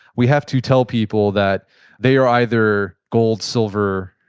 we have to tell people that they are either gold, silver,